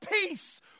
peace